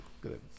good